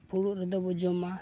ᱯᱷᱩᱲᱩᱜ ᱨᱮᱫᱚ ᱵᱚ ᱡᱚᱢᱟ